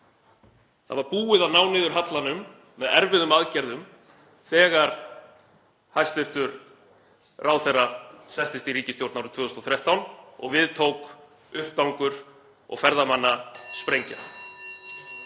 Það var búið að ná niður hallanum með erfiðum aðgerðum þegar hæstv. ráðherra settist í ríkisstjórn árið 2013 og við tók uppgangur og ferðamannasprengja.